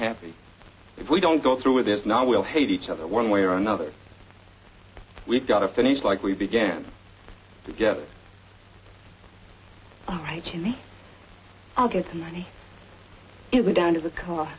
happy if we don't go through with this now we all hate each other one way or another we've got to finish like we began to get right to me i'll get the money down to the ca